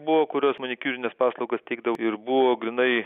buvo kuriuos manikiūrines paslaugas teikdavo ir buvo grynai